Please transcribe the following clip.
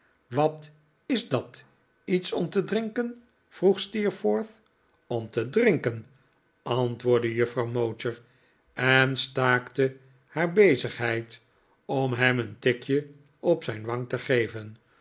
wat is dat lets om te drinken vroeg steerforth om te drinken antwoordde juffrouw mowcher en staakte haar bezigheid om hem een tikje op zijn wang te geven